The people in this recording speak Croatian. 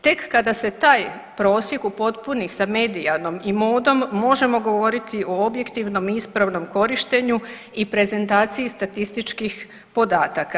Tek kada se taj prosjek upotpuni sa medijanom i modom možemo govoriti o objektivnom i ispravnom korištenju i prezentaciji statističkih podataka.